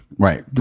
Right